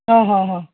ಹಾಂ ಹಾಂ ಹಾಂ